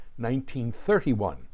1931